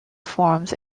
forms